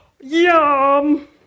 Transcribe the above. Yum